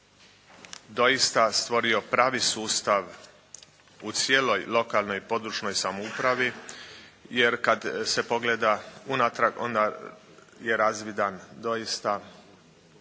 doista stvorio pravi sustav u cijeloj lokalnoj i područnoj samoupravi jer kad se pogleda unatrag onda je razvidan doista